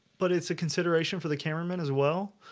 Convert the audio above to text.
but it's a consideration for the cameraman as well